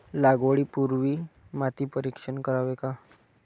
लागवडी पूर्वी माती परीक्षण करावे का?